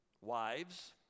Wives